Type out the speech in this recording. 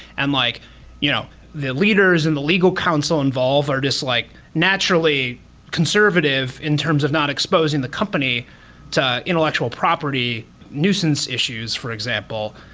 and like you know the leaders in the legal counsel involve are just like naturally conservative in terms of not exposing the company to intellectual property nuisance issues, for example,